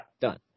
Done